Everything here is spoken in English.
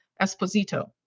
Esposito